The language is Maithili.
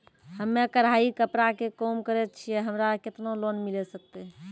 हम्मे कढ़ाई कपड़ा के काम करे छियै, हमरा केतना लोन मिले सकते?